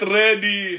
ready